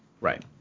Right